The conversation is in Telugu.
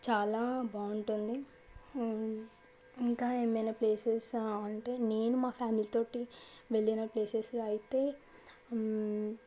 చాలా బాగుంటుంది ఇంకా నేను ప్లేసెస్ అంటే నేను మా ఫ్యామిలీస్ తోటి వెళ్లిన ప్లేసెస్ అయితే